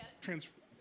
transfer